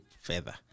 further